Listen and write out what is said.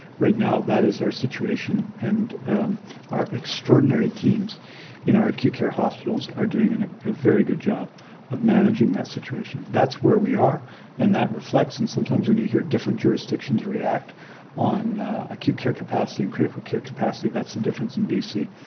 right now that is our situation and our extraordinary teams in our acute care hospitals are doing a ah very good job of managing that situation. that's where we are and that reflects and sometimes when you hear different jurisdictions react on acute care capacity and critical care capacity that's the difference in bc.